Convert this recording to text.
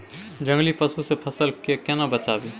जंगली पसु से फसल के केना बचावी?